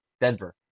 Denver